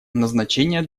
назначения